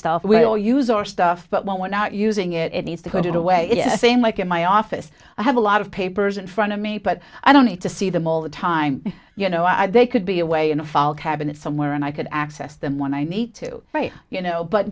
stuff we all use our stuff but when we're not using it is to put it away say mike in my office i have a lot of papers in front of me but i don't need to see them all the time you know i they could be away in a file cabinet somewhere and i could access them when i need to write you know but